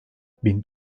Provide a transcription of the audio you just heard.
bin